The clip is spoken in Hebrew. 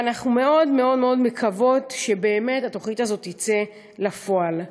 ואנחנו מאוד מאוד מאוד מקוות שהתוכנית הזאת תצא לפועל.